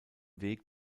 weg